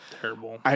Terrible